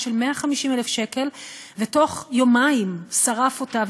של 150,000 שקל ותוך יומיים שרף אותה.